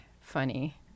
funny